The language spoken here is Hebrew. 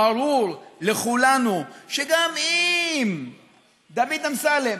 ברור לכולנו שגם אם דוד אמסלם